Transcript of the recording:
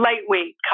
lightweight